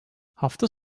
hafta